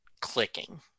clicking